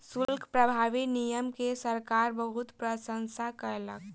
शुल्क प्रभावी नियम के सरकार बहुत प्रशंसा केलक